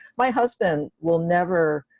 my husband will never,